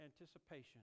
anticipation